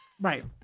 Right